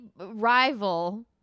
rival